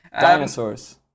Dinosaurs